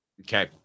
okay